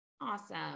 Awesome